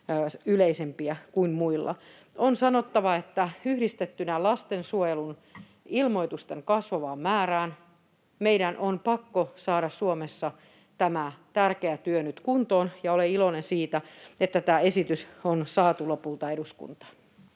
yleisempiä kuin muilla. On sanottava, että yhdistettynä lastensuojelun ilmoitusten kasvavaan määrään meidän on pakko saada Suomessa tämä tärkeä työ nyt kuntoon, ja olen iloinen siitä, että tämä esitys on saatu lopulta eduskuntaan.